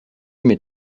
mes